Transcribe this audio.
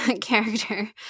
character